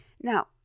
Now